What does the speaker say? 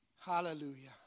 Hallelujah